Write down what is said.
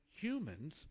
humans